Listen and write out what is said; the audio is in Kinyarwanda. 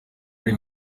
rev